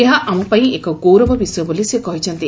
ଏହା ଆମ ପାଇଁ ଏକ ଗୌରବ ବିଷୟ ବୋଲି ସେ କହିଛନ୍ତି